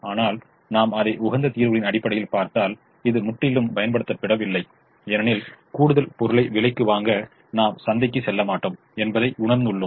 ஆனால் நாம் அதை உகந்த தீர்வுகளின் அடிப்படையில் பார்த்தால் இது முற்றிலும் பயன்படுத்தப்படவில்லை ஏனெனில் கூடுதல் பொருளை விலைக்கு வாங்க நாம் சந்தைக்கு செல்லமாட்டோம் என்பதை உணர்ந்துள்ளோம்